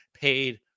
paid